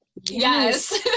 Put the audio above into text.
yes